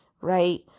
right